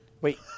Wait